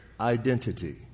identity